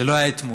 זה לא היה אתמול.